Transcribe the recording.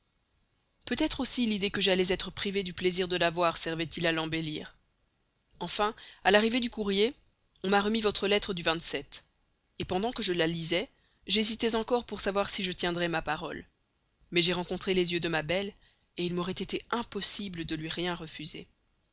peut-être aussi l'idée que j'allais être privé du plaisir de la voir servait elle à l'embellir enfin à l'arrivée du courrier on m'a remis votre lettre du et pendant que je la lisais j'hésitais encore pour savoir si je tiendrais ma parole mais j'ai rencontré les yeux de ma belle il m'aurait été impossible dans ce moment de lui rien refuser